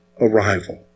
arrival